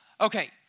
Okay